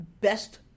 best